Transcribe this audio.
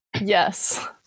Yes